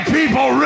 people